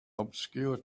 obscure